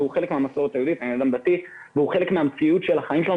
מהמסורת היהודית וחלק מהמציאות של החיים שלנו,